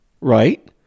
right